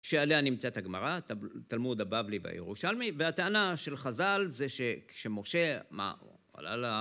שעליה נמצאת הגמרא, תלמוד הבבלי והירושלמי, והטענה של חזל זה שכשמשה... מה?